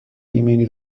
ایمنی